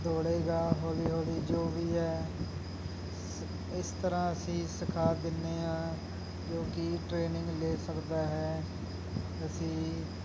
ਦੌੜੇਗਾ ਹੌਲੀ ਹੌਲੀ ਜੋ ਵੀ ਹੈ ਸ ਇਸ ਤਰ੍ਹਾਂ ਅਸੀਂ ਸਿਖਾ ਦਿੰਦੇ ਹਾਂ ਜੋ ਕਿ ਟ੍ਰੇਨਿੰਗ ਲੈ ਸਕਦਾ ਹੈ ਅਸੀਂ